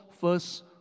first